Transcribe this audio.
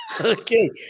Okay